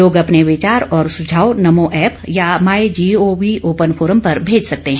लोग अपने विचार और सुझाव नमो ऐप या माई जीओवी ओपन फोर्म पर भेज सकते हैं